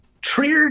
Trier